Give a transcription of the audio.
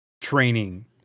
training